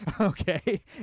okay